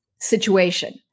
situation